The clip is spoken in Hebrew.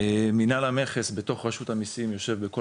מינהל המכס בתוך רשות המיסים יושב בכל